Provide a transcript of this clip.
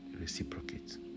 reciprocate